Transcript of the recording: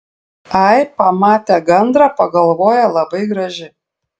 ai pamate gandrą pagalvoja labai graži